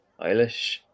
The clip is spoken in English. Eilish